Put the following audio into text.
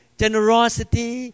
generosity